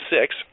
six